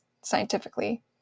scientifically